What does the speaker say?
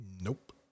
Nope